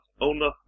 owner